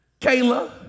Kayla